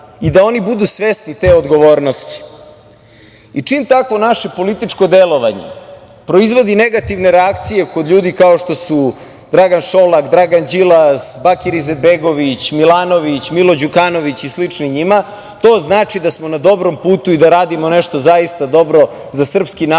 i da oni budu svesni te odgovornosti. Čim tako naše političko delovanje proizvodi negativne reakcije kod ljudi kao što su Dragan Šolak, Dragan Đilas, Bakir Izetbegović, Milanović, Milo Đukanović i slični njima, to znači da smo na dobrom putu i da radimo nešto zaista dobro za srpski narod